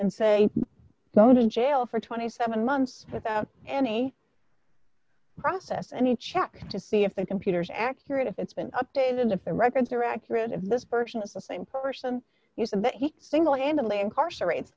and say go to jail for twenty seven months without any process and he checks to see if the computer is accurate if it's been updated if the records are accurate if this person is the same person you said that he single handedly incarcerate